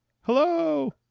Hello